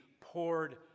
poured